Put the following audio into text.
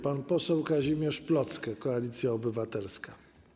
Pan poseł Kazimierz Plocke, Koalicja Obywatelska.